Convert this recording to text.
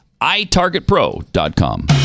itargetpro.com